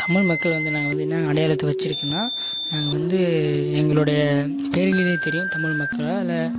தமிழ் மக்கள் வந்து நாங்கள் வந்து என்னென்னு அடையாளத்தை வெச்சிருக்கேன்னா நாங்கள் வந்து எங்களுடைய பெயரிலேயே தெரியும் தமிழ் மக்களா இல்லை